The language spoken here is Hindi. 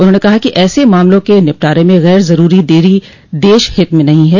उन्होंने कहा कि ऐसे मामलों के निपटारे में गैर ज़रूरी देरी देश हित म नहीं है